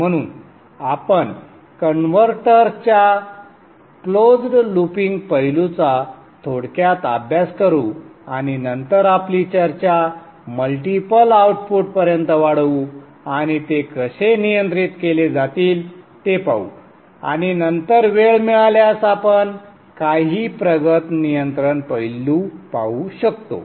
म्हणून आपण कन्व्हर्टर्सच्या क्लोज्ड लूपिंग पैलूचा थोडक्यात अभ्यास करू आणि नंतर आपली चर्चा मल्टीपल आउटपुटपर्यंत वाढवू आणि ते कसे नियंत्रित केले जातील ते पाहू आणि नंतर वेळ मिळाल्यास आपण काही प्रगत नियंत्रण पैलू पाहू शकतो